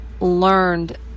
learned